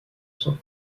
sont